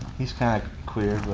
he's kinda queer